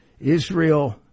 Israel